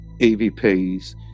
EVPs